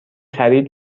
خرید